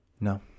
No